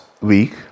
week